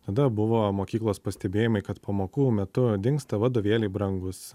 tada buvo mokyklos pastebėjimai kad pamokų metu dingsta vadovėliai brangūs